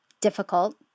difficult